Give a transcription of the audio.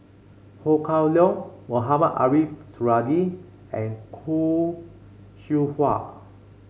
Ho Kah Leong Mohamed Ariff Suradi and Khoo Seow Hwa